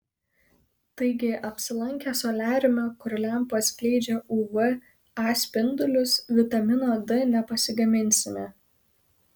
taigi apsilankę soliariume kur lempos skleidžia uv a spindulius vitamino d nepasigaminsime